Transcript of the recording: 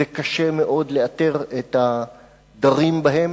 וקשה מאוד לאתר את הדרים בהם.